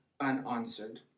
unanswered